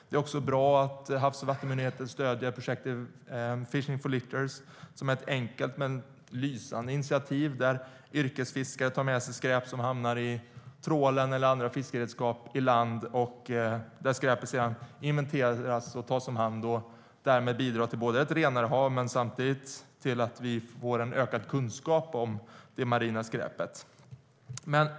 Det är också bra att Havs och vattenmyndigheten stöder projektet Fishing for litter, som är ett enkelt, men lysande initiativ. Det innebär att yrkesfiskare tar med sig skräp som hamnar i trålen eller i andra fiskeredskap till land, där skräpet sedan inventeras och tas om hand. Det bidrar därmed till ett renare hav och samtidigt till att vi får en ökad kunskap om det marina skräpet.